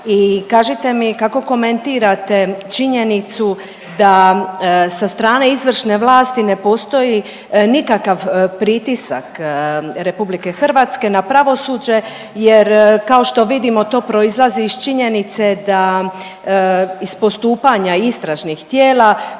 kažite mi kako komentirate činjenicu da sa strane izvršne vlasti ne postoji nikakav pritisak RH na pravosuđe jer kao što vidimo to proizlazi iz činjenice da iz postupanja istražnih tijela